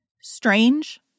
Strange